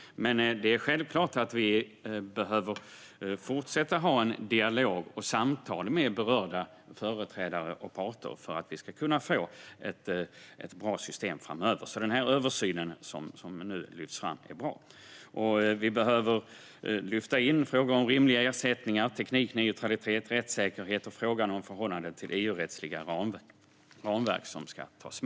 Självklart behöver vi dock fortsätta att ha en dialog och ett samtal med berörda företrädare och parter för att kunna få ett bra system framöver. Den översyn som nu lyfts fram är alltså bra. Vi behöver lyfta in frågor om rimliga ersättningar, teknikneutralitet och rättssäkerhet samt frågan om förhållandet till EU-rättsliga ramverk. Fru talman!